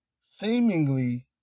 seemingly